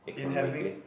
economically